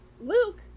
Luke